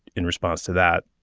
in response to that